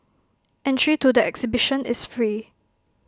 entry to the exhibition is free